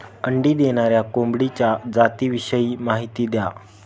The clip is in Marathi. अंडी देणाऱ्या कोंबडीच्या जातिविषयी माहिती द्या